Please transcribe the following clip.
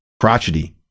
crotchety